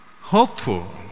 hopeful